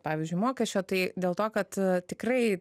pavyzdžiui mokesčio tai dėl to kad tikrai